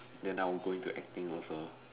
then I'll go into acting also